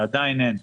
ועדיין אין,